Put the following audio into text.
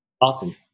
Awesome